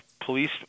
police